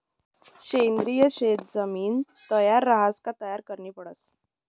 सेंद्रिय शेत जमीन तयार रहास का तयार करनी पडस